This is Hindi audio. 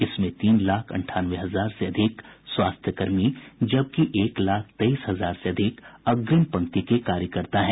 इसमें तीन लाख अंठानवे हजार से अधिक स्वास्थ्य कर्मी जबकि एक लाख तेईस हजार से अधिक अग्रिम पंक्ति के कार्यकर्ता हैं